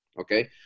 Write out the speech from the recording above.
Okay